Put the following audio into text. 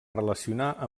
relacionar